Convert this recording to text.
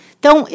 Então